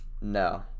No